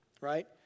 right